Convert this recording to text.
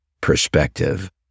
perspective